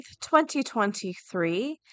2023